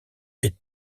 est